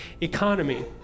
economy